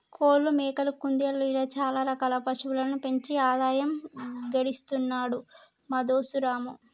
కోళ్లు మేకలు కుందేళ్లు ఇలా చాల రకాల పశువులను పెంచి ఆదాయం గడిస్తున్నాడు మా దోస్తు రాము